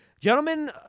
Gentlemen